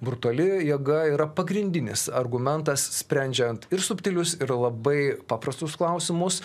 brutali jėga yra pagrindinis argumentas sprendžiant ir subtilius ir labai paprastus klausimus